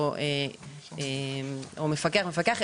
או מפקח-מפקח,